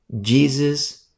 Jesus